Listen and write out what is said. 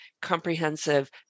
comprehensive